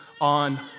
on